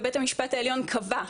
ובית המשפט העליון קבע,